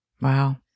Wow